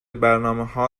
برنامهها